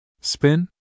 Spin